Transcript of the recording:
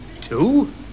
Two